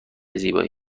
زیبایی